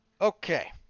Okay